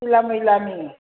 खैला मैलानि